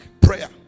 Prayer